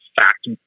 fact